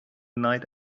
night